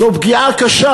זו פגיעה קשה,